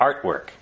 artwork